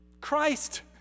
Christ